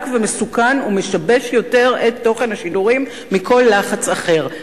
ומסוכן ומשבש את תוכן השידורים יותר מכל לחץ אחר.